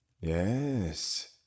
Yes